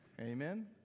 Amen